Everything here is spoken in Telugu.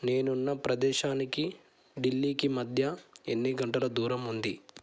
నేనున్న ప్రదేశానికి ఢిల్లీకి మధ్య ఎన్ని గంటల దూరం ఉంది